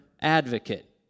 advocate